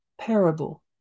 parable